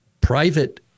private